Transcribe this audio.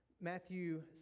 Matthew